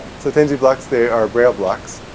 so tenji blocks, they are braille blocks,